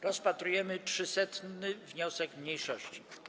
Rozpatrujemy 300. wniosek mniejszości.